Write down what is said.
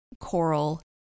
coral